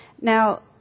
Now